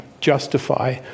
justify